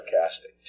sarcastic